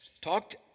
talked